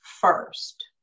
first